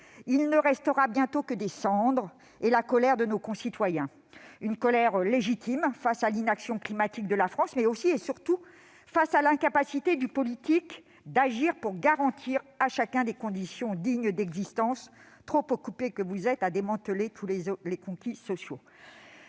Il ne restera bientôt que des cendres et la colère de nos concitoyens ; une colère légitime face à l'inaction climatique de la France, mais aussi, et surtout, face à l'incapacité du politique à agir pour garantir à chacun des conditions d'existence dignes, trop occupés que vous êtes à démanteler tous les conquis sociaux.